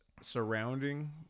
surrounding